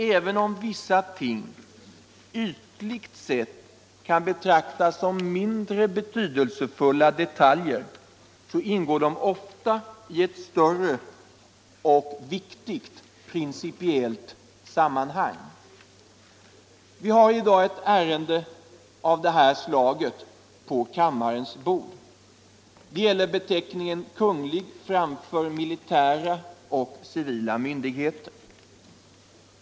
Även om vissa ting ytligt sett kan betraktas som mindre betydelsefulla detaljer, ingår de ofta i ett större och viktigt principiellt sammanhang. Vi har i dag ett ärende av det slaget på kammarens bord. Det gäller beteckningen Kunglig framför militära och civila myndigheter.